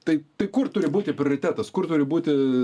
tai tai kur turi būti prioritetas kur turi būti